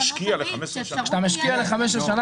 אתה משקיע ל-15 שנים,